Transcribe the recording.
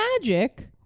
Magic